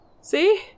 See